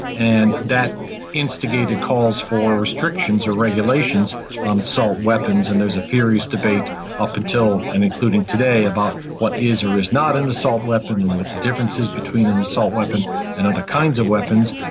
and that instigated calls for restrictions or regulations on assault weapons, and there is a furious debate up until and including today about what is or is not an assault weapon and what the differences are between an assault weapon and other kinds of weapons.